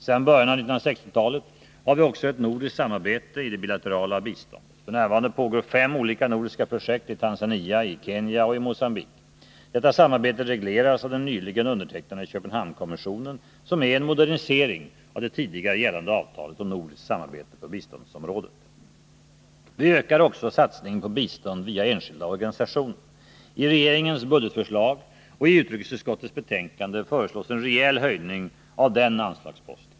Sedan början av 1960-talet har vi också ett nordiskt samarbete i det bilaterala biståndet. F. n. pågår fem olika nordiska projekt, i Tanzania, i Kenya och i Mogambique. Detta samarbete regleras av den nyligen undertecknade Köpenhamnskonventionen, som är en modernisering av det tidigare gällande avtalet om nordiskt samarbete på biståndsområdet. Vi ökar också satsningen på bistånd via enskilda organisationer. I regeringens budgetförslag och i utrikesutskottets betänkande föreslås en rejäl höjning av den anslagsposten.